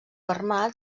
armat